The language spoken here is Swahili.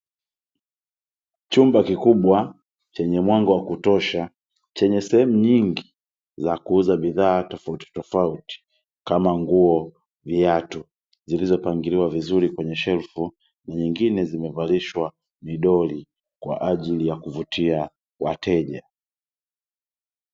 Chumba kikubwa chenye mwanga wa kutosha, chenye sehemu nyingi za kuuza bidhaa tofautitofauti, kama: nguo, viatu; zilizopangiliwa vizuri kwenye shelfu, nyingine zimevalishwa midori kwa ajili ya kuvutia wateja.